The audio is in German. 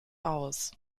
aus